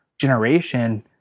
generation